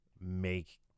make